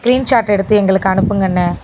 green shot எடுத்து எங்களுக்கு அனுப்புங்க அண்ணே